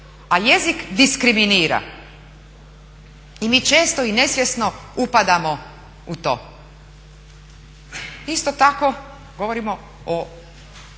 A jezik diskriminira i mi često i nesvjesno upadamo u to. Isto tako govorimo o